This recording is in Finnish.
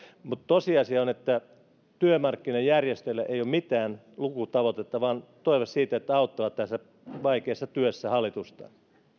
mutta tosiasia on että työmarkkinajärjestöille ei ole mitään lukutavoitetta vaan toive siitä että ne auttavat tässä vaikeassa työssä hallitusta